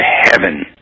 heaven